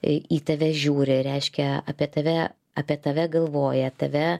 į į tave žiūri reiškia apie tave apie tave galvoja tave